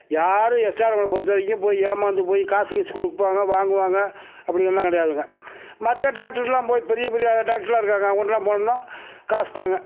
யாரும் எஸ்ஆர்எம்மில் பொறுத்தவரைக்கும் போய் ஏமாந்து போய் காசு கீசு கொடுப்பாங்க வாங்குவாங்க அப்படி ஒன்றும் கிடையாதுங்க மற்ற டாக்ட்ரு எல்லாம் போய் பெரிய பெரிய டாக்ட்ரெலாம் இருக்காங்க அவங்ககிட்டலாம் போனோம்னால் காசு தாங்க